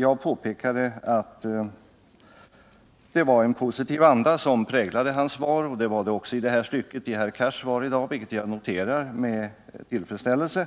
Jag påpekade att det var en positiv anda som präglade Staffan Burenstam Linders svar. — Det var det också i det här avseendet i Hadar Cars svar i dag, vilket jag noterar med tillfredsställelse.